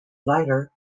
lighter